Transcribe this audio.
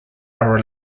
are